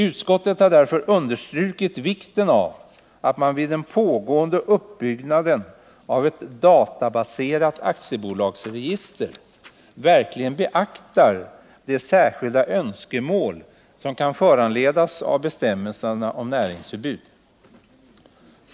Utskottet har därför understrukit vikten av att man vid den pågående uppbyggnaden av ett databaserat aktiebolagsregister beaktar de särskilda önskemål som kan föranledas av bestämmelserna om näringsförbud.